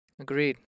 Agreed